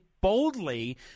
boldly